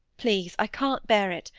please. i can't bear it.